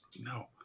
No